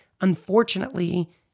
unfortunately